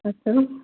अस्तु